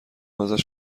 ازش